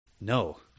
No